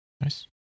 Nice